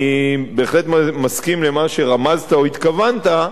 אני בהחלט מסכים למה שרמזת או התכוונת,